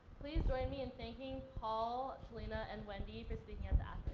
please join me in thanking paul, chelina and wendy for speaking and